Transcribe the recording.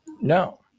No